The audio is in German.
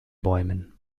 bäumen